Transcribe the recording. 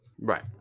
Right